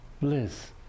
bliss